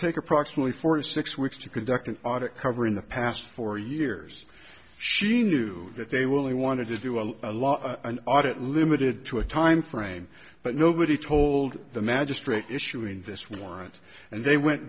take approximately four to six weeks to conduct an audit covering the past four years she knew that they will he wanted to do a lot an audit limited to a timeframe but nobody told the magistrate issuing this warrant and they went